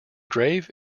grave